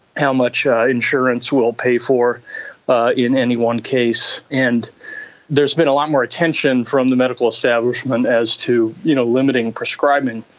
how much insurance will pay for in any one case. and there has been a lot more attention attention from the medical establishment as to you know limiting prescribing.